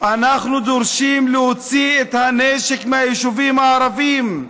אנחנו דורשים להוציא את הנשק מהיישובים הערביים.